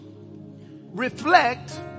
reflect